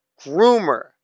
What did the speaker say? groomer